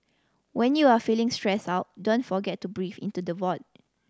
when you are feeling stressed out don't forget to breath into the void